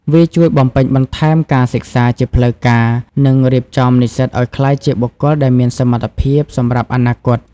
វាជួយបំពេញបន្ថែមការសិក្សាជាផ្លូវការ និងរៀបចំនិស្សិតឱ្យក្លាយជាបុគ្គលដែលមានសមត្ថភាពសម្រាប់អនាគត។